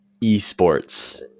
eSports